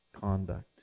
conduct